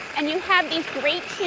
and you have these